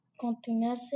continuarse